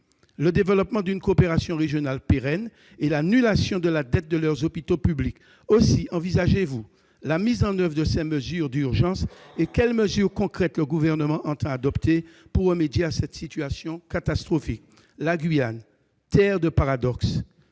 le développement d'une coopération régionale pérenne et l'annulation de la dette des hôpitaux publics. Monsieur le secrétaire d'État, envisagez-vous la mise en oeuvre de ces mesures d'urgence ? Quelles dispositions concrètes le Gouvernement entend-il adopter pour remédier à cette situation catastrophique ? La Guyane est une terre de paradoxes,